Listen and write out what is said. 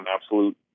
absolute